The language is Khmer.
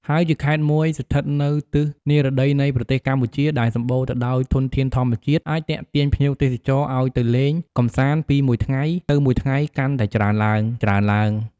ហើយជាខេត្តមួយស្ថិតនៅទិសនិរតីនៃប្រទេសកម្ពុជាដែលសម្បូរទៅដោយធនធានធម្មជាតិអាចទាក់ទាញភ្ញៀវទេសចរឱ្យទៅលេងកម្សាន្តពីមួយថ្ងៃទៅមួយថ្ងៃកាន់តែច្រើនឡើងៗ។